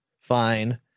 fine